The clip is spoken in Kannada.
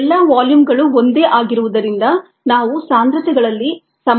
ಎಲ್ಲಾ ವಾಲ್ಯೂಮ್ಗಳು ಒಂದೇ ಆಗಿರುವುದರಿಂದ ನಾವು ಸಾಂದ್ರತೆಗಳಲ್ಲಿ ಸಮಾನತೆಯನ್ನು ಪಡೆಯುತ್ತೇವೆ